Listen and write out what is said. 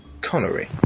Connery